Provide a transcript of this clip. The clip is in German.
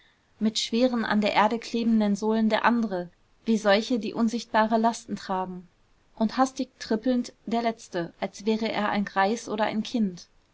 mit schweren an der erde klebenden sohlen der andere wie solche die unsichtbare lasten tragen und hastig trippelnd der letzte als wäre er ein greis oder ein kind